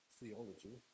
theology